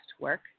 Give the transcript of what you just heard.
work